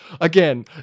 Again